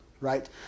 Right